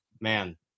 Man